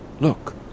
Look